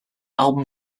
album